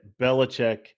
Belichick